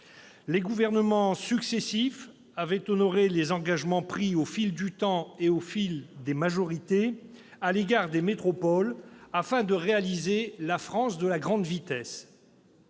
Les gouvernements successifs avaient honoré les engagements pris au fil du temps et des majorités à l'égard des métropoles, afin de réaliser la France de la grande vitesse.